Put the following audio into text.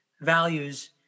values